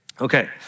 Okay